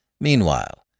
Meanwhile